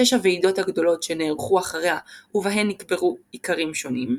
שש הוועידות הגדולות שנערכו אחריה ובהן נקבעו עיקרים שונים.